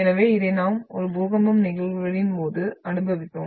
எனவே இதை நாம் ஒரு பூகம்பம் நிகழ்வுகளின் போது அனுபவித்தோம்